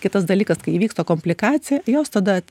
kitas dalykas kai įvyksta komplikacija jos tada